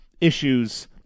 issues